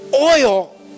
oil